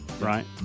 right